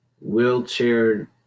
wheelchair